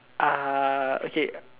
uh okay